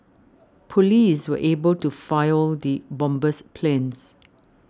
police were able to foil the bomber's plans